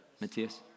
Matthias